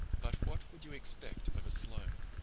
but what could you expect of a sloane,